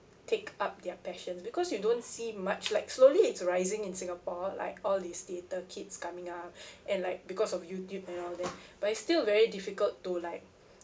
take up their passion because you don't see much like slowly it's rising in singapore like all these theater kids coming up and like because of youtube and all that but it's still very difficult to like